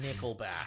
nickelback